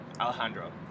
Alejandro